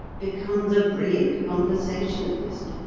becomes a brilliant conversationalist.